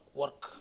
work